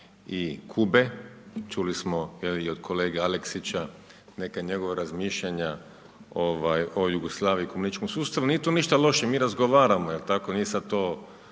i Kube, čuli smo je li i od kolege Aleksića neka njegova razmišljanja ovaj o Jugoslaviji i komunističkom sustavu, ali nije tu ništa loše mi razgovaramo jel tako, nije sad